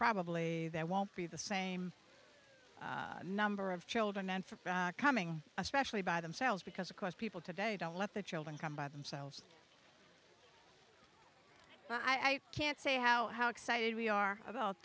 probably there won't be the same number of children and for coming especially by themselves because of course people today don't let the children come by themselves i i can't say how excited we are about